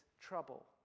trouble